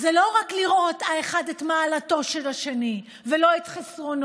אז זה לא רק לראות האחד את מעלתו של השני ולא את חסרונו,